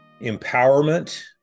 empowerment